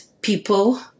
people